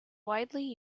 widely